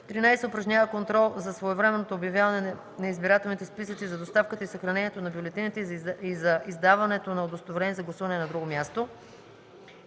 13. упражнява контрол за своевременното обявяване на избирателните списъци, за доставката и съхранението на бюлетините и за издаването на удостоверения за гласуване на друго място;